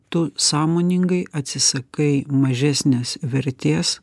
tu sąmoningai atsisakai mažesnės vertės